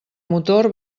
motor